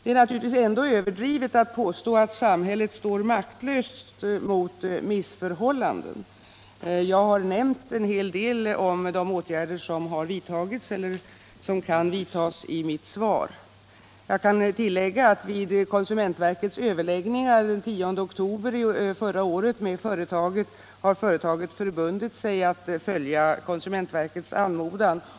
Det är naturligtvis ändå överdrivet att påstå att samhället står maktlöst mot missförhållanden. Jag har i mitt svar nämnt en hel del om de åtgärder som har vidtagits eller som kan vidtas. Jag kan emellertid tillägga att vid konsumentverkets överläggningar den 10 oktober förra året med företaget i fråga har detta förbundit sig att följa konsumentverkets anmodan.